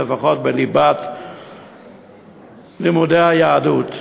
לפחות בליבת לימודי היהדות?